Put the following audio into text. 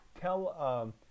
tell